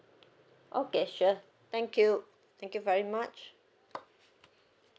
okay sure thank you thank you very much